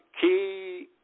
Key